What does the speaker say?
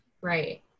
Right